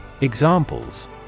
Examples